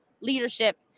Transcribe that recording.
leadership